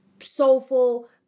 soulful